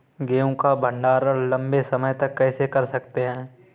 गेहूँ का भण्डारण लंबे समय तक कैसे कर सकते हैं?